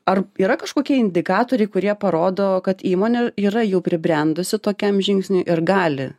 ar yra kažkokie indikatoriai kurie parodo kad įmonė yra jau pribrendusi tokiam žingsniui ir gali